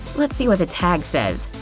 let's see what the tag says.